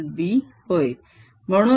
curl B होय